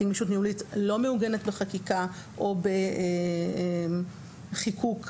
גמישות ניהולית לא מעוגנת בחקיקה או בחיקוק אחר.